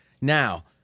Now